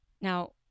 Now